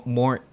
more